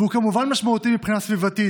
והוא כמובן משמעותי מבחינה סביבתית,